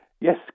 Yes